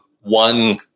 one